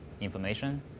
information